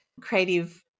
creative